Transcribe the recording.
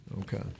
Okay